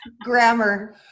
Grammar